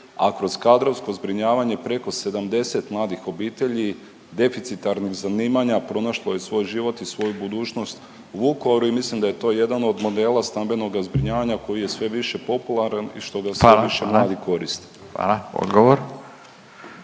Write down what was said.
a kroz kadrovsko zbrinjavanje preko 70 mladih obitelji deficitarnih zanimanja pronašlo je svoj život i svoju budućnost u Vukovaru i mislim da je to jedan od modela stambenoga zbrinjavanja koji je se sve više popularan i što ga … …/Upadica Furio